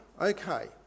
okay